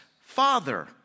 Father